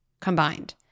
combined